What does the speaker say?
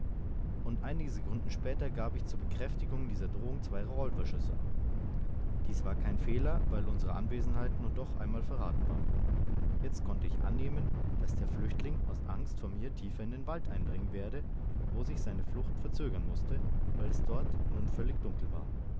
und einige sekunden später gab ich zur bekräftigung dieser drohung zwei revolverschüsse ab dies war kein fehler weil unsere anwesenheit nun doch einmal verraten war jetzt konnte ich annehmen daß der flüchtling aus angst vor mir tiefer in den wald eindringen werde wo sich seine flucht verzögern mußte weil es dort nun völlig dunkel war